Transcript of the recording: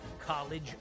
college